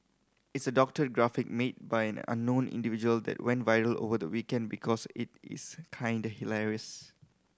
it's a doctored graphic made by an unknown individual that went viral over the weekend because it is kinda hilarious